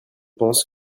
pense